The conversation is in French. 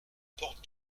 porte